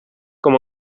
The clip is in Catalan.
com